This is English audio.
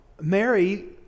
Mary